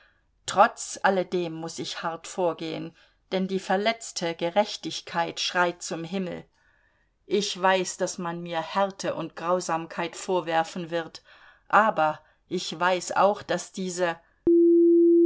trotz alledem muß ich hart vorgehen denn die verletzte gerechtigkeit schreit zum himmel ich weiß daß man mir härte und grausamkeit vorwerfen wird aber ich weiß auch daß diese